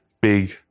big